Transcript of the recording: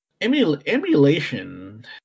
Emulation